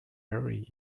vary